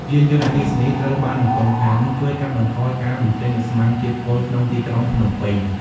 យានយន្តអគ្គីសនីត្រូវបានរំពឹងថា នឹងជួយកាត់បន្ថយការបញ្ចេញឧស្ម័នជាតិពុលក្នុងទីក្រុងភ្នំពេញ។